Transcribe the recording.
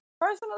Personally